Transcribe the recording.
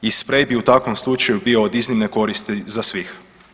I sprej bi u takvom slučaju bio od iznimne koristi za svih.